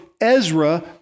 Ezra